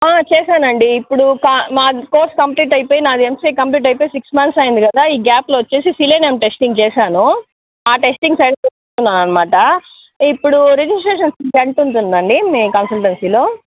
చేశానండి ఇప్పుడు మాది కోర్స్ కంప్లీట్ అయిపోయి నాది ఎంసీఏ కంప్లీట్ అయిపోయి సిక్స్ మంత్స్ అయ్యింది కదా ఈ గ్యాప్లో వచ్చేసి సెలీనియం టెస్టింగ్ చేశాను అ టెస్టింగ్ ఆ టెస్టింగ్ సైడ్ చూస్తున్నానమాట ఇప్పుడు రిజిస్ట్రేషన్ ఫీజు ఎంతుంటుందండి మీ కన్సల్టెన్సీలో